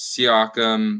Siakam